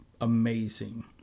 amazing